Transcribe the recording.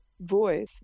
voice